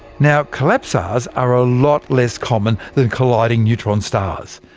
now collapsars are a lot less common than colliding neutron stars,